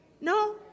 No